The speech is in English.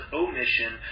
omission